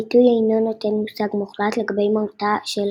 הביטוי אינו נותן מושג מוחלט לגבי מהותה של